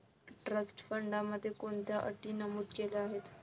Trust फंडामध्ये कोणत्या अटी नमूद केल्या आहेत?